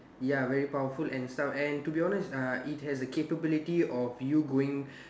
ya very powerful and stuff and to be honest uh it has a capability of you going